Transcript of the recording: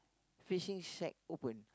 fishing shack open